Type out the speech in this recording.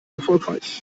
erfolgreich